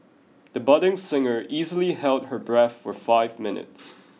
the budding singer easily held her breath for five minutes